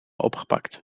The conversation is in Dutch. opgepakt